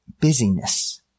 busyness